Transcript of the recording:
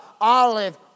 olive